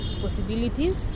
possibilities